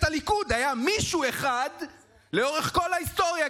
הליכוד היה מישהו אחד לאורך כל ההיסטוריה,